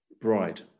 bride